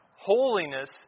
Holiness